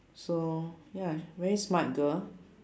so ya very smart girl